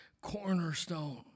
cornerstone